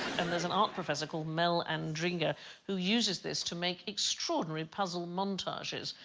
and there's an art professor called mel and andringa who uses this to make extraordinary puzzle montages.